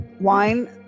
Wine